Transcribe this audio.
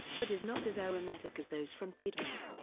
but is not as aromatic as those from piedmont.